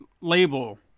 label